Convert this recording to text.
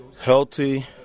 healthy